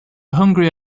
hungry